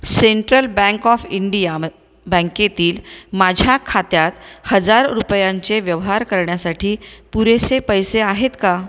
central bank of India म बँकेतील माझ्या खात्यात हजार रुपयांचे व्यवहार करण्यासाठी पुरेसे पैसे आहेत का